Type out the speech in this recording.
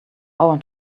hour